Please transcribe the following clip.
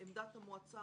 עמדת המועצה,